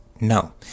no